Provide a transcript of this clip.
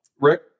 Rick